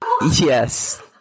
Yes